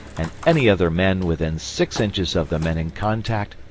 and any other men within six inches of the men in contact,